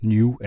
New